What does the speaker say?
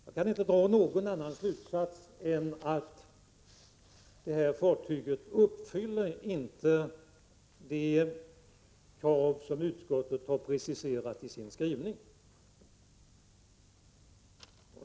Jag kan inte dra någon annan slutsats än att detta fartyg inte uppfyller de krav som utskottet har preciserat i sin skrivning.